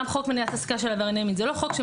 גם חוק מניעת העסקה של עברייני מין מי